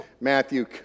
Matthew